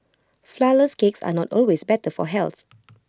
Flourless Cakes are not always better for health